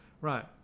right